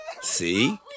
See